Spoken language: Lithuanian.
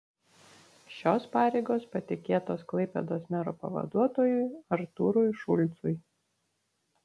šios pareigos patikėtos klaipėdos mero pavaduotojui artūrui šulcui